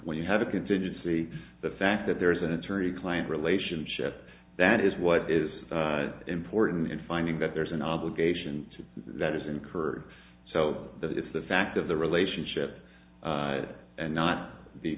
when you have a contingency the fact that there is an attorney client relationship that is what is important in finding that there's an obligation to that is incurred so that if the fact of the relationship and not the